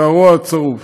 והרוע הצרוף.